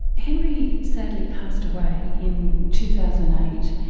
henry sadly passed away in two thousand and eight,